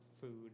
food